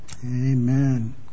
Amen